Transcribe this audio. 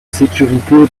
sécurité